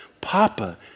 Papa